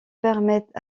permettent